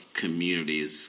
communities